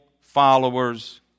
followers